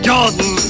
Jordan